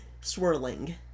Swirling